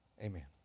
Amen